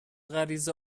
غریزه